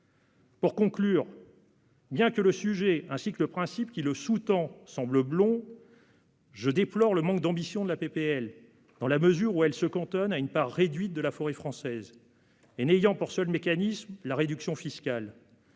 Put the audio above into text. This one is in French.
Pour conclure, bien que le sujet, ainsi que le principe qui le sous-tend semblent bons, je déplore le manque d'ambition de la proposition de loi, dans la mesure où le texte se cantonne à une part réduite de la forêt française et ne retient pour seul mécanisme que la réduction fiscale.